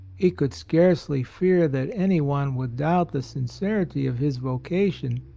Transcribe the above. he could scarcely fear that any one would doubt the sincerity of his vocation,